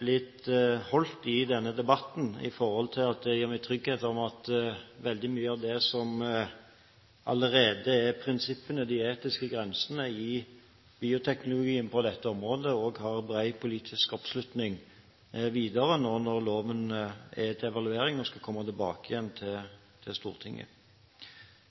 blitt holdt i denne debatten, fordi det gir meg trygghet for at veldig mye av det som allerede er prinsippene, de etiske grensene, i bioteknologien på dette området, også har bred politisk oppslutning videre nå når loven er til evaluering og kommer tilbake igjen til Stortinget.